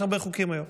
יש הרבה חוקים היום.